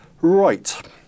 right